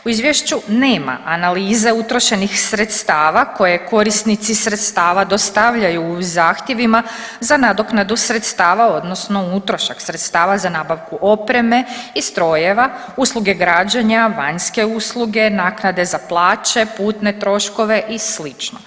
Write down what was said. U izvješću nema analize utrošenih sredstava koje korisnici sredstava dostavljaju u zahtjevima za nadoknadu sredstava, odnosno utrošak sredstava za nabavku opreme i strojeva, usluge građenja, vanjske usluge, naknade za plaće, putne troškove i slično.